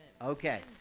Okay